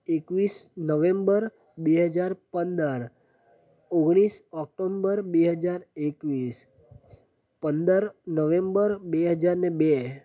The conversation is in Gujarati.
એકવીસ નવેમ્બર બે હજાર પંદર ઓગણીસ ઓક્ટોમ્બર બે હજાર એકવીસ પંદર નવેમ્બર બે હજાર ને બે